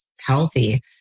healthy